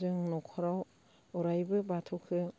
जों न'खराव अरायबो बाथौखौ